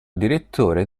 direttore